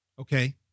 Okay